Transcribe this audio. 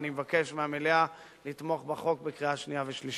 אני מבקש מהמליאה לתמוך בחוק בקריאה שנייה ושלישית.